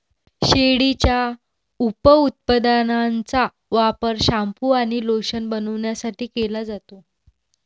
शेळीच्या उपउत्पादनांचा वापर शॅम्पू आणि लोशन बनवण्यासाठी केला जातो